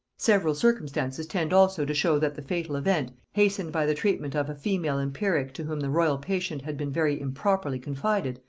several circumstances tend also to show that the fatal event, hastened by the treatment of a female empiric to whom the royal patient had been very improperly confided,